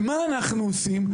ומה אנחנו עושים?